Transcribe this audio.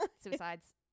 suicides